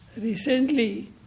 recently